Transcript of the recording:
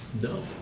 No